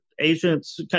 agents